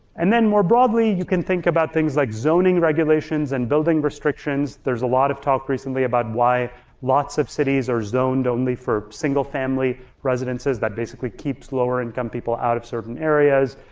and then more broadly, you can think about things like zoning regulations and building restrictions. there's a lot of talk recently about why lots of cities are zoned only for single-family residences that basically keeps lower-income people out of certain areas.